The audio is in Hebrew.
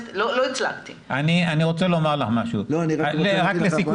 אני רוצה לומר משהו --- אני מתפלא